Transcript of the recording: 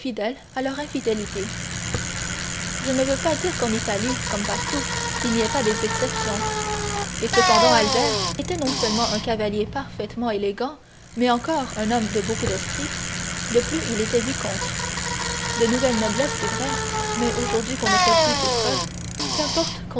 à leur infidélité je ne veux pas dire qu'en italie comme partout il n'y ait pas des exceptions et cependant albert était non seulement un cavalier parfaitement élégant mais encore un homme de beaucoup d'esprit de plus il était vicomte de nouvelle noblesse c'est vrai mais aujourd'hui qu'on ne fait plus ses preuves qu'importe